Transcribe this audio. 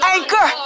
Anchor